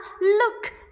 look